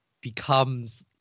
becomes